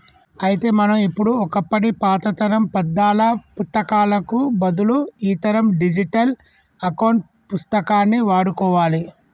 అయితే మనం ఇప్పుడు ఒకప్పటి పాతతరం పద్దాల పుత్తకాలకు బదులు ఈతరం డిజిటల్ అకౌంట్ పుస్తకాన్ని వాడుకోవాలి